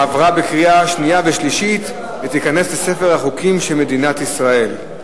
עברה בקריאה שנייה ושלישית ותיכנס לספר החוקים של מדינת ישראל.